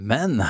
Men